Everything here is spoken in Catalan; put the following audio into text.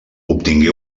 obtingué